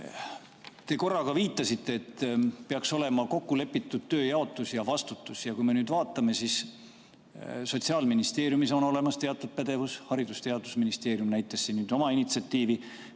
Te korra ka viitasite, et peaks olema kokku lepitud tööjaotus ja vastutus, ja kui me nüüd vaatame, siis Sotsiaalministeeriumis on olemas teatud pädevus, Haridus‑ ja Teadusministeerium näitas siin oma initsiatiivi.